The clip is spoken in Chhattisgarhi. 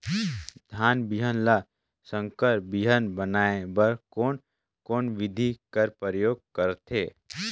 धान बिहान ल संकर बिहान बनाय बर कोन कोन बिधी कर प्रयोग करथे?